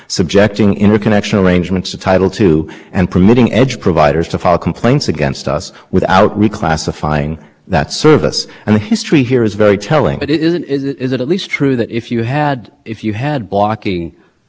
that's pure common carriage and even if one were to say that there was a commitment that we wouldn't block content this takes us well beyond broken content this takes us into the world of pure common carriage with respect to an arrangement that the commission hasn't reclassified and the way this developed